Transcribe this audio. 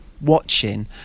watching